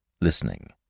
listening